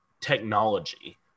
technology